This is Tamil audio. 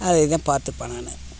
அதை தான் பார்த்துப்பேன் நான்